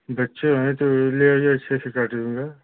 बच्चे हैं तो ले आइए अच्छे से काट देंगे